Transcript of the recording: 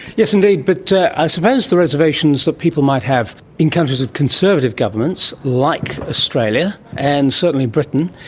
yes indeed, but i suppose the reservations that people might have in countries with conservative governments, like australia and certainly britain,